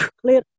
clear